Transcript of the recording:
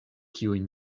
kiujn